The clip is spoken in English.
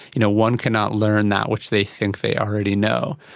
you know, one cannot learn that which they think they already know.